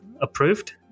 approved